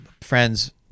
friends